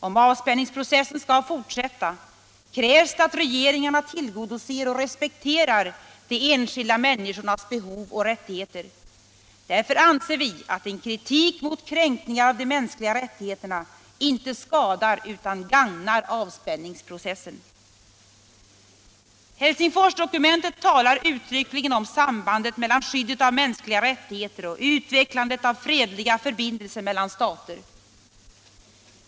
Om avspänningsprocessen skall fortsätta, krävs det att regeringarna tillgodoser och respekterar de enskilda människornas behov och rättigheter. Därför anser vi att en kritik mot kränkningar av de mänskliga rättigheterna inte skadar utan gagnar avspänningsprocessen. Helsingforsdokumentet talar utryckligen om sambandet mellan skyddet av mänskliga rättigheter och utvecklandet av fredliga förbindelser mellan stater.